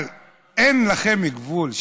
אבל אין לכם גבול.